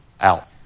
Out